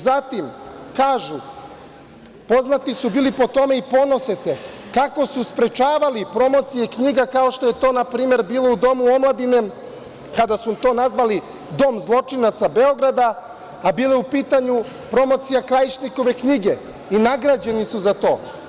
Zatim kažu, poznati su bili po tome i ponose se kako su sprečavali promocije knjiga kao što je to na primer bilo u Domu omladine kada su to nazvali dom zločinaca Beograda, a bila je u pitanju promocija Krajišnikove knjige i nagrađeni su za to.